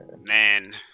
man